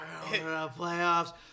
Playoffs